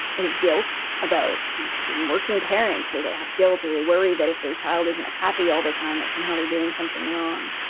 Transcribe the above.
they have guilt about being working parents, or they have guilt or they worry that if their child isn't happy all the time, that somehow they're doing something wrong.